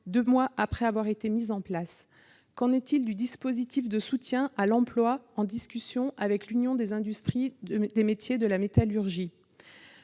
deux mois après avoir été mis en place ? Qu'en est-il du dispositif de soutien à l'emploi en discussion avec l'Union des industries et métiers de la métallurgie ?